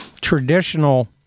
traditional